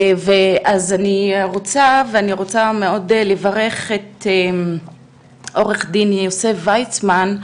אני רוצה מאוד לברך את עו"ד יוסף ויצמן,